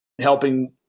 helping